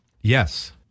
Yes